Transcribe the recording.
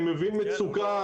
אני מבין מצוקה,